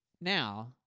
Now